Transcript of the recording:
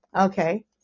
okay